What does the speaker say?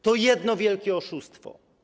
To jedno wielkie oszustwo.